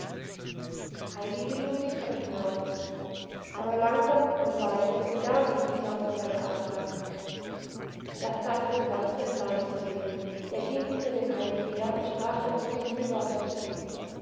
heidi ging nun die treppe hinauf aber langsam und leise und gar nicht wie sonst seine art war das tat dem sebastian leid zu sehen er ging hinter dem heidi her und sprach ermutigende worte zu ihm